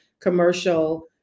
commercial